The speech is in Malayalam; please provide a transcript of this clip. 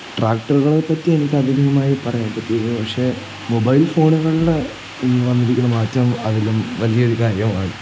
ട്രാക്ടറുകളെപ്പറ്റി എനിക്ക് അധികമായി പറയാൻ പറ്റിയിരുന്നു പക്ഷേ മൊബൈൽ ഫോണുകളിൽ വന്നിരിക്കുന്ന മാറ്റം അതിലും വലിയൊരു കാര്യമാണ്